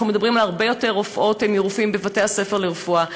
אנחנו מדברים על הרבה יותר רופאות מרופאים בבתי-הספר לרפואה.